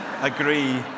agree